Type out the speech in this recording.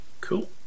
cool